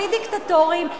הכי דיקטטוריים,